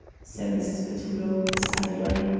said mrs. petullo, decidedly.